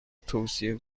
توصیه